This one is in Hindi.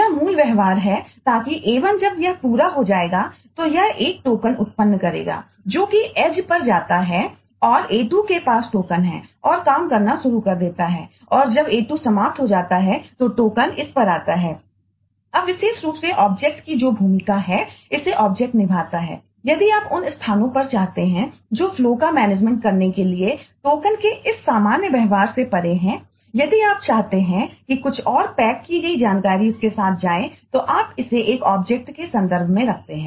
यह मूल व्यवहार है ताकि A1 जब यह पूरा हो जाएगा तो यह एक टोकन उत्पन्न करेगा जो कि एज के संदर्भ में रखते हैं